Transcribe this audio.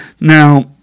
now